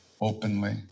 openly